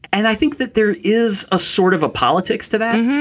and i think that there is a sort of a politics to that.